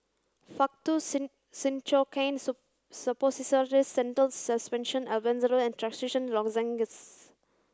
Faktu Cinchocaine Suppositories Zental Suspension Albendazole and Trachisan Lozenges